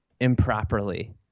improperly